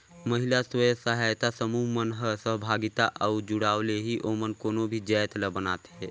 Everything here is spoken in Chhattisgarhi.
महिला स्व सहायता समूह मन ह सहभागिता अउ जुड़ाव ले ही ओमन कोनो भी जाएत ल बनाथे